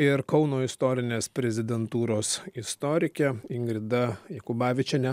ir kauno istorinės prezidentūros istorike ingrida jakubavičiene